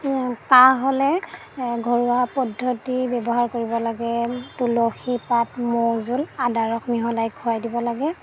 কাহ হ'লে ঘৰুৱা পদ্ধতি ব্যৱহাৰ কৰিব লাগে তুলসীপাত মৌজোল আদাৰস মিহলাই খোৱাই দিব লাগে